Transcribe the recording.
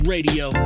Radio